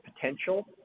potential